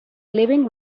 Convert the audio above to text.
living